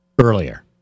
earlier